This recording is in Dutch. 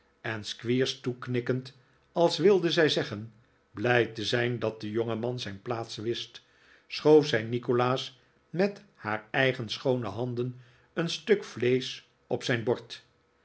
en squeers toeknikkend als wilde zij zeggen blij te zijn dat de jongeman zijn plaats wist schoof zij nikolaas met haar eigen schoohe handen een stuk vleesch op zijn bord